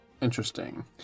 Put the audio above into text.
Interesting